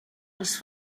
els